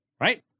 right